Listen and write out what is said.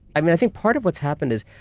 i mean, i think part of what's happened is,